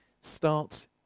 start